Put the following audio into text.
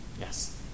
Yes